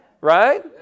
Right